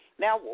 Now